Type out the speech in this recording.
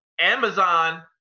Amazon